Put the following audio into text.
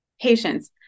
patience